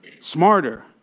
Smarter